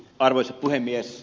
arvoisa puhemies